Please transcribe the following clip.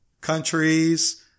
countries